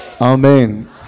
Amen